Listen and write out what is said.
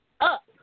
up